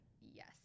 yes